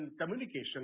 communication